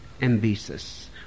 ambitious